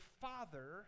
father